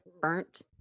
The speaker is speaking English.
burnt